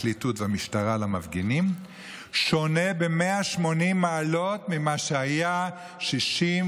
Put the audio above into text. הפרקליטות והמשטרה למפגינים שונה ב-180 מעלות ממה שהיה 65